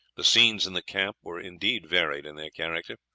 the scenes in the camp were indeed varied in their character.